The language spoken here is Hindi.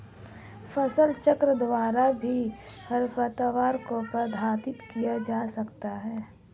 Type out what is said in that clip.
फसलचक्र द्वारा भी खरपतवार को प्रबंधित किया जा सकता है